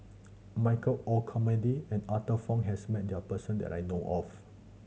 Michael Olcomendy and Arthur Fong has met their person that I know of